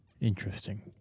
Interesting